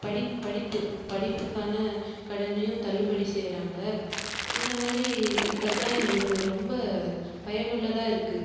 படிப் படிப்பு படிப்புக்கான கடனையும் தள்ளுபடி செய்கிறாங்க இந்த மாதிரி இருக்கிறதான் எங்களுக்கு ரொம்ப பயனுள்ளதாக இருக்குது